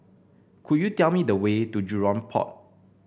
could you tell me the way to Jurong Port